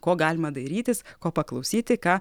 ko galima dairytis ko paklausyti ką